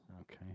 Okay